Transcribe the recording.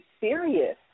serious